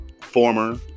former